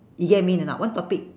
you get what I mean or not one topic